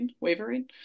wavering